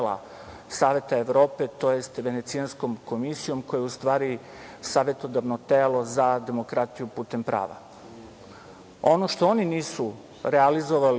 Saveta Evrope, tj. Venecijanskom komisijom, koja je u stvari savetodavno telo za demokratiju putem prava? Ono što oni nisu realizovali